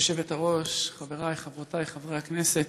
כבוד היושבת-ראש, חברי וחברותי חברי הכנסת,